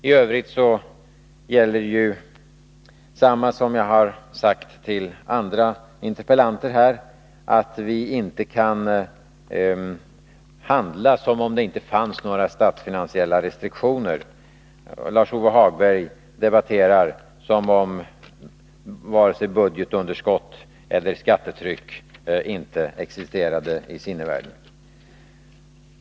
I övrigt gäller ju samma sak som jag har sagt till andra interpellanter här, nämligen att vi inte kan agera som om det inte fanns några statsfinansiella restriktioner. Lars-Ove Hagberg debatterar som om varken budgetunderskott eller skattetryck existerade i sinnevärlden.